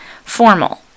formal